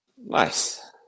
nice